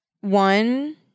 One